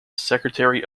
secretary